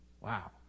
Wow